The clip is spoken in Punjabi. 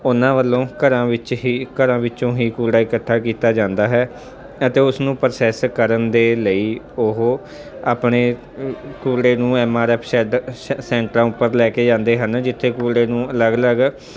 ਉਹਨਾਂ ਵੱਲੋਂ ਘਰਾਂ ਵਿੱਚ ਹੀ ਘਰਾਂ ਵਿੱਚੋਂ ਹੀ ਕੂੜਾ ਇਕੱਠਾ ਕੀਤਾ ਜਾਂਦਾ ਹੈ ਅਤੇ ਉਸਨੂੰ ਪ੍ਰੋਸੈਸ ਕਰਨ ਦੇ ਲਈ ਉਹ ਆਪਣੇ ਅ ਕੂੜੇ ਨੂੰ ਐਮ ਆਰ ਐਫ ਸ਼ੈਡ ਸ਼ ਸੈਂਟਰਾਂ ਉੱਪਰ ਲੈ ਕੇ ਜਾਂਦੇ ਹਨ ਜਿੱਥੇ ਕੂੜੇ ਨੂੰ ਅਲੱਗ ਅਲੱਗ